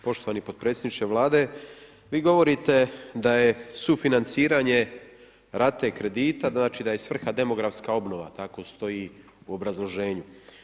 Poštovani potpredsjedniče Vlade, vi govorite da je sufinanciranje rate kredita, znači da je svrha demografska obnova, tako stoji u obrazloženju.